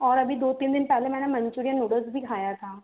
और अभी दो तीन दिन पहेले मैंने मंचूरियन नूडल्स भी खाया था